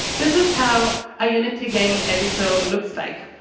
this is how a unity game editor looks like.